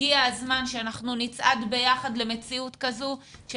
הגיע הזמן שאנחנו נצעד ביחד למציאות כזו כאשר